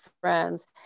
friends